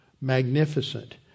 magnificent